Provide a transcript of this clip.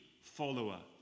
follower